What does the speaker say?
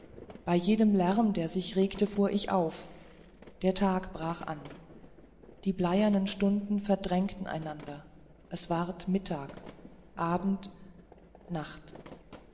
bei jedem lärm der sich regte fuhr ich auf der tag brach an die bleiernen stunden verdrängten einander es ward mittag abend nacht